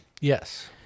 Yes